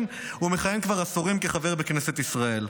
הוא מכהן כבר עשורים כחבר בכנסת ישראל.